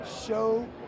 Show